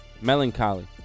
Melancholy